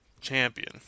champion